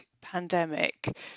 pandemic